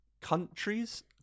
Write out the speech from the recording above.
countries